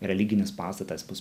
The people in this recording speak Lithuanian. religinis pastatas bus